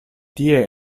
tie